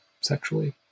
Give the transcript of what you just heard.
sexually